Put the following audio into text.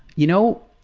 you know,